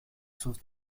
sus